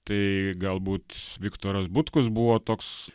tai galbūt viktoras butkus buvo toks